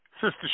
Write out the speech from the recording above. Sister